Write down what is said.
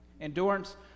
Endurance